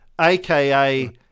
aka